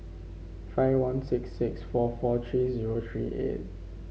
five one six six four four three zero three eight